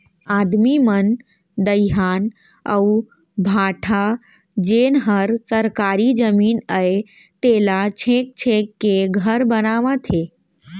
आदमी मन दइहान अउ भाठा जेन हर सरकारी जमीन अय तेला छेंक छेंक के घर बनावत हें